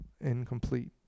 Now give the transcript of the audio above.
incomplete